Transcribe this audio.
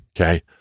okay